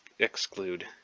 exclude